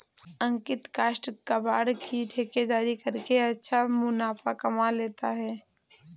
अंकित काष्ठ कबाड़ की ठेकेदारी करके अच्छा मुनाफा कमा लेता है